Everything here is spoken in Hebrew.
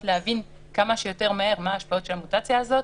להבין כמה שיותר מהר מה ההשפעות של המוטציה הזאת,